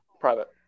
Private